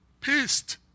pissed